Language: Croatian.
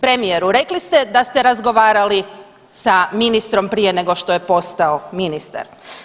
Premijeru, rekli ste da ste razgovarali sa ministrom prije nego što je postao ministar.